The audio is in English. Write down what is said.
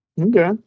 Okay